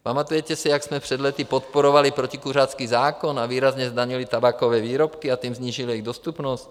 Pamatujete si, jak jsme před lety podporovali protikuřácký zákon a výrazně zdanili tabákové výrobky, a tím snížili jejich dostupnost?